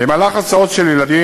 במהלך ההסעות של הילדים,